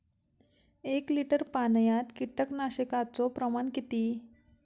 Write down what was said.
एक लिटर पाणयात कीटकनाशकाचो प्रमाण किती?